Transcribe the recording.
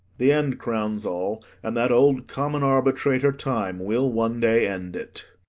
the end crowns all and that old common arbitrator, time, will one day end it.